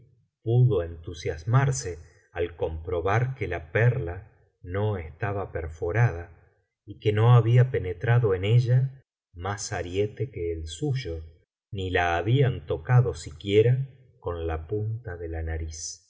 pudo entusiasmarse al comprobar que la perla no estaba perforada y que no había penetrado en ella más ariete que el suyo ni la habían tocado siquiera con la punta de la nariz